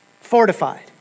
Fortified